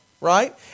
right